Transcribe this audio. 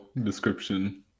description